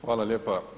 Hvala lijepa.